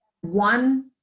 One